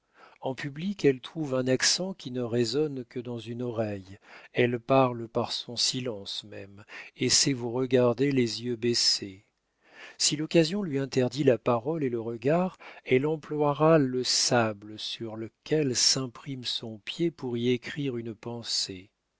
en public elle trouve un accent qui ne résonne que dans une oreille elle parle par son silence même et sait vous regarder les yeux baissés si l'occasion lui interdit la parole et le regard elle emploiera le sable sur lequel s'imprime son pied pour y écrire une pensée